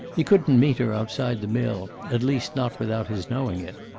he couldn't meet her outside the mill, at least not without his knowing it.